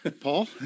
Paul